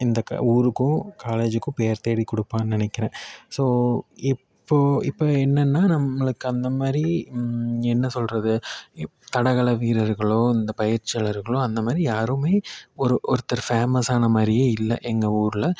இந்த க ஊருக்கும் காலேஜுக்கும் பேர் தேடி கொடுப்பான்னு நினக்கிறேன் ஸோ இப்போ இப்போ என்னன்னா நம்மளுக்கு அந்த மாதிரி என்ன சொல்லுறது தடகள வீரர்களோ இந்த பயிற்சியாளர்களும் அந்த மாதிரி யாருமே ஒரு ஒருத்தர் பேமஸ்சான மாதிரியே இல்லை எங்கள் ஊரில்